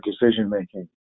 decision-making